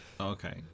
Okay